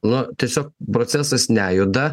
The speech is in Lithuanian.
nu tiesiog procesas nejuda